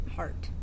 Heart